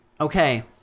Okay